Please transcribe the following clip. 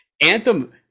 Anthem